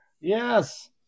yes